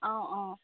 অঁ অঁ